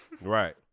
right